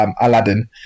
Aladdin